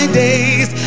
days